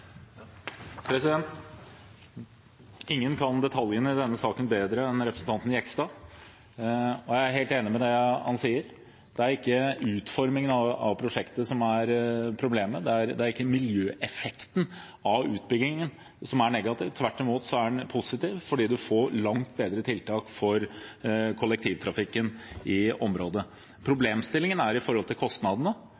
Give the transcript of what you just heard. sammenhengen. Ingen kan detaljene i denne saken bedre enn representanten Jegstad, og jeg er helt enig i det han sier. Det er ikke utformingen av prosjektet som er problemet. Det er ikke miljøeffekten av utbyggingen som er negativ – tvert imot er den positiv, fordi man får langt bedre tiltak for kollektivtrafikken i området.